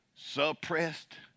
Suppressed